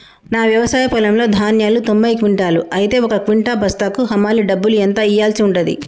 నా వ్యవసాయ పొలంలో ధాన్యాలు తొంభై క్వింటాలు అయితే ఒక క్వింటా బస్తాకు హమాలీ డబ్బులు ఎంత ఇయ్యాల్సి ఉంటది?